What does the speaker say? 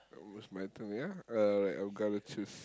most mental ya alright I'm gonna choose